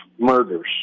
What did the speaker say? Murders